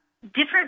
Different